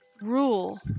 rule